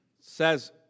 says